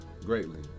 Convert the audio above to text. greatly